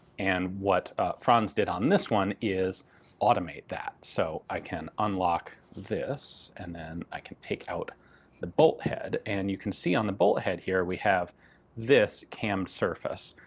and what franz did on this one is automate that. so i can unlock this and then i can take out the bolt head and you can see on the bolt head here we have this cam surface,